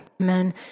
Amen